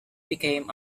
became